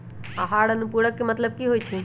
आहार अनुपूरक के मतलब की होइ छई?